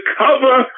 cover